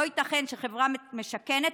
לא ייתכן שחברה משכנת,